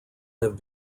have